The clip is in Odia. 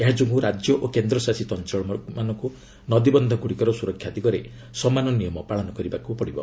ଏହା ଯୋଗୁଁ ରାଜ୍ୟ ଓ କେନ୍ଦ୍ରଶାସିତ ଅଞ୍ଚଳମାନଙ୍କୁ ନଦୀବନ୍ଧ ଗୁଡିକର ସୁରକ୍ଷା ଦିଗରେ ସମାନ ନିୟମ ପାଳନ କରିବାକୁ ହେବ